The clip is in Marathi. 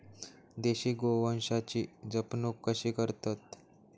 देशी गोवंशाची जपणूक कशी करतत?